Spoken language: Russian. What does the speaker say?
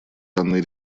данной